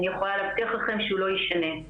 אני יכולה להבטיח לכם שהוא לא ישנה.